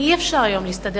כי אי-אפשר היום להסתדר.